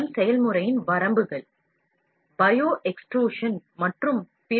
இது மிகவும் முக்கியமானது ஏனெனில் முன்மாதிரி வடிவமைப்பை உருவாக்கும் செயல்முறை அடிப்படை தொடக்க பொருளைப் பொறுத்தது